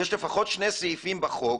יש לפחות שני סעיפים בחוק